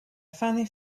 funny